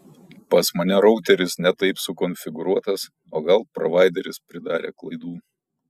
pas mane routeris ne taip sukonfiguruotas o gal provaideris pridarė klaidų